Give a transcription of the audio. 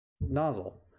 nozzle